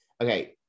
okay